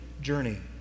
journey